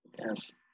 Yes